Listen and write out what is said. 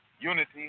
unity